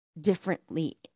differently